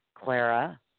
Clara